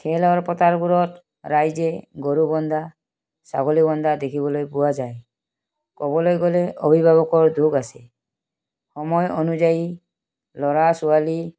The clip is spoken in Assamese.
খেলৰ পথাৰবোৰত ৰাইজে গৰু বন্ধা ছাগলী বন্ধা দেখিবলৈ পোৱা যায় ক'বলৈ গ'লে অভিভাৱকৰ দোষ আছে সময় অনুযায়ী ল'ৰা ছোৱালী